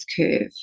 curve